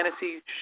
fantasy